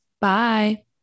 Bye